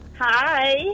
Hi